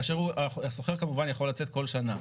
כאשר השוכר יכול לצאת כל שנה,